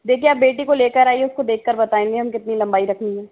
देखिए आप बेटी को लेकर आइये उसको देख कर बताएंगे हम कितनी लंबाई रखेंगे